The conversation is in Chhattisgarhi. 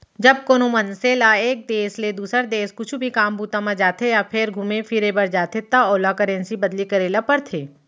जब कोनो मनसे ल एक देस ले दुसर देस कुछु भी काम बूता म जाथे या फेर घुमे फिरे बर जाथे त ओला करेंसी बदली करे ल परथे